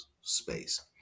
space